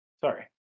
Sorry